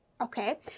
Okay